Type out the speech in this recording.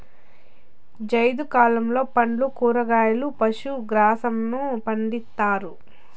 జైద్ కాలంలో పండ్లు, కూరగాయలు, పశు గ్రాసంను పండిత్తారు